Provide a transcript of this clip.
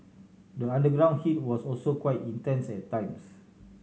the underground heat was also quite intense at times